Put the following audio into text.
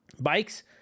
bikes